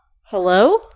Hello